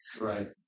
Right